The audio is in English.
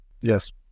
Yes